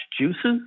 juices